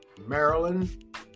Maryland